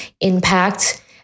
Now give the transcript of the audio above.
impact